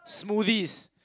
smoothies